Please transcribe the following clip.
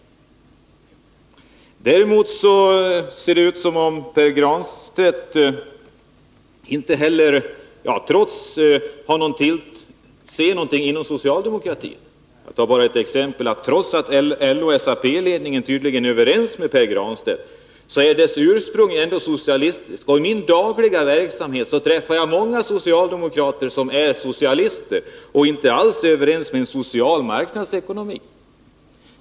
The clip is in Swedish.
Vidare ser det ut som om Pär Granstedt inte heller vet särskilt mycket om socialdemokratin. Trots att ledningen inom LO och SAP tydligen är överens med Pär Granstedt har socialdemokratin ändå ett socialistiskt ursprung. I min dagliga verksamhet träffar jag många socialdemokrater som är socialister och som inte alls är överens med dem som vill ha en ”social” marknadsekonomi.